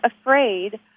afraid